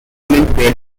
midway